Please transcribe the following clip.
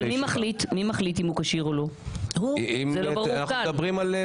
אבל מי מחליט אם הוא כשיר או לא?